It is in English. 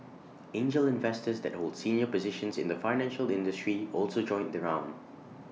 angel investors that hold senior positions in the financial industry also joined the round